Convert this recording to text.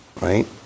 right